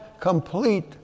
complete